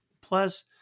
plus